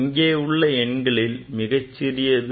இங்கே உள்ள எண்களில் மிகச்சிறியது 0